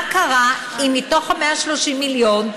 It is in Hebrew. מה קרה אם מתוך 130 המיליון,